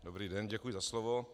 Dobrý den, děkuji za slovo.